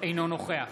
אינו נוכח